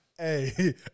Hey